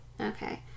Okay